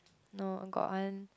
no got one